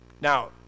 Now